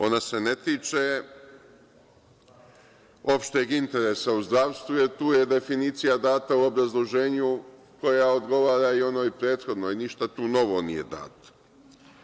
Ona se ne tiče opšteg interesa u zdravstvu jer tu je definicija data u obrazloženju koja odgovara i onoj prethodnoj i ništa tu novo nije dato.